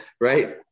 Right